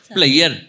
Player